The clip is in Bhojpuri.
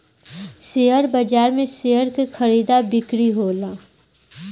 शेयर बाजार में शेयर के खरीदा बिक्री होला